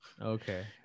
Okay